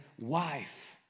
wife